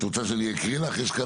את רוצה שאני אקריא לך?